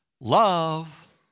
Love